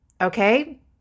okay